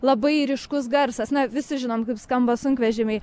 labai ryškus garsas na visi žinom kaip skamba sunkvežimiai